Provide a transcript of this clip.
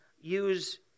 use